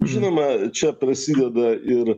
žinoma čia prasideda ir